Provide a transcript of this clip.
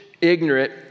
ignorant